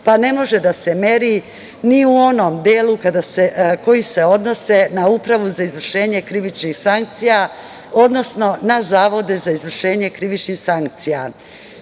pa ne može ni da se meri ni u onom delu koji se odnosi na Upravu za izvršenje krivičnih sankcija, odnosno na zavode za izvršenje krivičnih sankcija. Moram